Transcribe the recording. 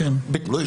הן לא השתנו.